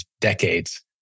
decades